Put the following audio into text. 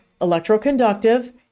electroconductive